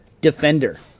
Defender